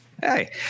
Hey